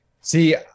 See